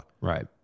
Right